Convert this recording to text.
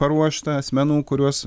paruoštą asmenų kuriuos